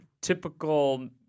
typical